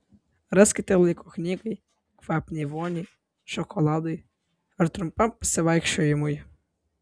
raskite laiko knygai kvapniai voniai šokoladui ar trumpam pasivaikščiojimui